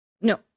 no